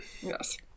Yes